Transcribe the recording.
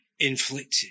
Inflicted